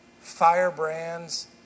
firebrands